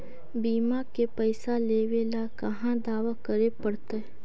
बिमा के पैसा लेबे ल कहा दावा करे पड़तै?